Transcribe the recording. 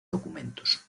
documentos